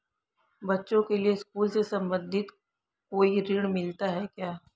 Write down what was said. बच्चों के लिए स्कूल से संबंधित कोई ऋण मिलता है क्या?